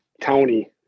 Tony